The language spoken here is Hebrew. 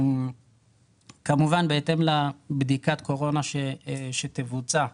כמובן בהתאם לבדיקת קורונה שתבוצע,